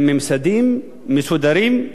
עם ממסדים מסודרים,